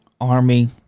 Army